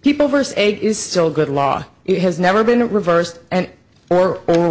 people first aid is still good law it has never been reversed and or wor